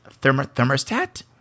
thermostat